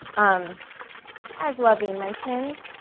um as levine mentioned,